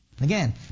Again